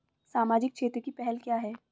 सामाजिक क्षेत्र की पहल क्या हैं?